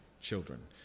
children